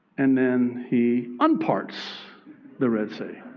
and then he unparts the red sea